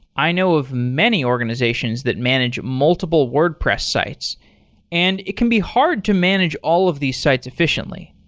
i know of many organization that manage multiple wordpress sites and it can be hard to manage all of these sites efficiently.